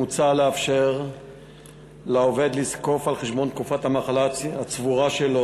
מוצע לאפשר לעובד לזקוף על חשבון תקופת המחלה הצבורה שלו